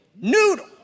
noodle